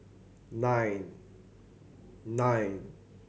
nine